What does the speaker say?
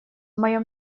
моем